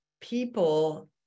people